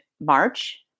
March